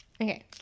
okay